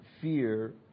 fear